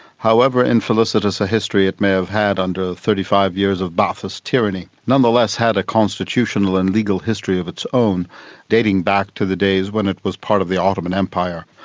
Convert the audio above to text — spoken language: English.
however infelicitous a history in may have had under thirty five years of ba'athist tyranny, nonetheless had a constitutional and legal history of its own dating back to the days when it was part of the ottoman empire.